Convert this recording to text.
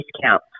discount